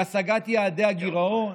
בהשגת יעדי הגירעון.